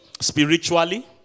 Spiritually